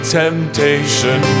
temptation